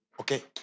Okay